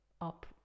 up